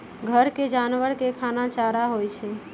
घर के जानवर के खाना चारा होई छई